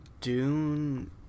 dune